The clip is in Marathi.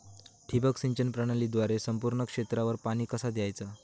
ठिबक सिंचन प्रणालीद्वारे संपूर्ण क्षेत्रावर पाणी कसा दयाचा?